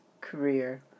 career